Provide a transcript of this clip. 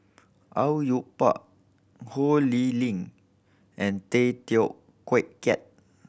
Au Yue Pak Ho Lee Ling and Tay Teow Kiat